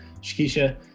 Shakisha